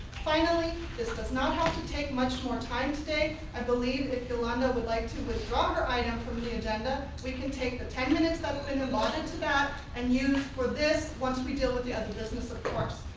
finally, this does not have to take much more time today. i believe if yolanda would like to withdraw her item from the agenda we can take the ten minutes that's um been allotted to that and use for this once we deal with the other business of course.